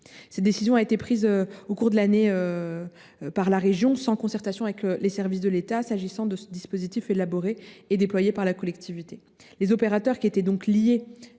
Cette décision a été prise en cours d’année par la région, sans concertation avec les services de l’État, s’agissant d’un dispositif élaboré et déployé par la collectivité. Les opérateurs qui étaient liés